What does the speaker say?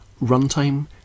runtime